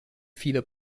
viele